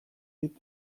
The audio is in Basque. dit